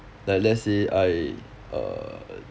like let's say I err